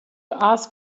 ask